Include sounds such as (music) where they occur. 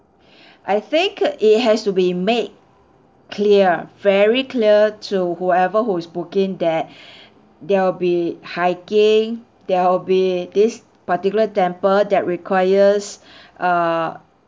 (breath) I think it has to be made clear very clear to whoever who is booking that (breath) there'll be hiking there'll be this particular temple that requires (breath) err